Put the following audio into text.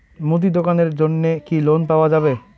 মুদি দোকানের জন্যে কি লোন পাওয়া যাবে?